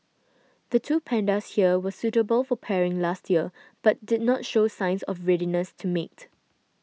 the two pandas here were suitable for pairing last year but did not show signs of readiness to mate